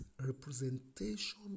representation